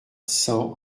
cent